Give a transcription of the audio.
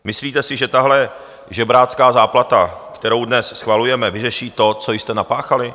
Myslíte si, že tahle žebrácká záplata, kterou dnes schvalujeme, vyřeší to, co jste napáchali?